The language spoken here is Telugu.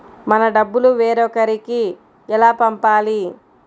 మన డబ్బులు వేరొకరికి ఎలా పంపాలి?